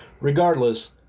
Regardless